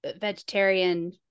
vegetarian